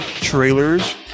trailers